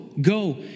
go